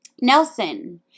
Nelson